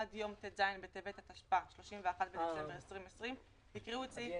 עד יום ט"ז בטבת התשפ"א (31 בדצמבר 2020) יקראו את סעיף